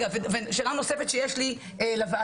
שאלה נוספת שיש לי לוועדה,